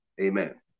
amen